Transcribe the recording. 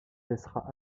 laissera